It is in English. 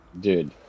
Dude